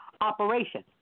operation